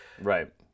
Right